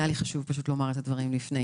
היה לי חשוב פשוט לומר את הדברים לפני.